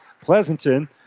Pleasanton